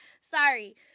sorry